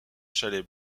chalets